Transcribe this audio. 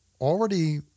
already